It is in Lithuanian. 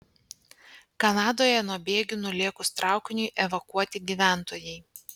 kanadoje nuo bėgių nulėkus traukiniui evakuoti gyventojai